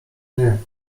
nie